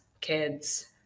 kids